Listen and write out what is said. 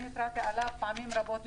אני התרעתי עליו פעמים רבות.